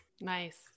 Nice